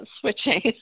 switching